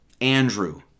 Andrew